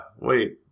Wait